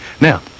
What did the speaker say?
Now